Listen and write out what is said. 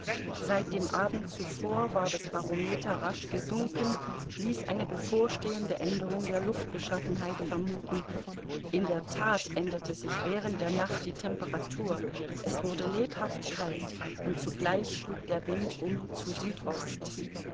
seit dem abend zuvor war das barometer rasch gesunken ließ eine bevorstehende aenderung der luftbeschaffenheit vermuthen in der that änderte sich während der nacht die temperatur es wurde lebhaft kalt und zugleich schlug der wind um zu südost